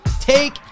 take